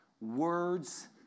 Words